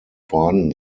vorhanden